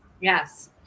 Yes